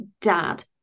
dad